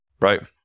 Right